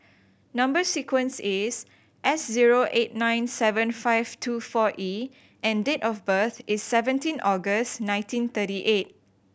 number sequence is S zero eight nine seven five two four E and date of birth is seventeen August nineteen thirty eight